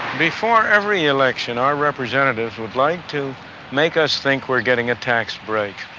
before every election, our representatives would like to make us think we are getting a tax break.